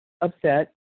upset